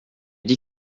dis